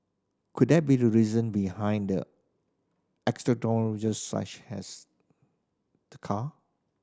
could that be the reason behind their extravagances such as the car